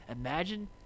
imagine